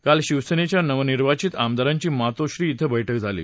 काल शिवसेनेच्या नवनिर्वाचित आमदारांची मातोश्री झं बैठक झाली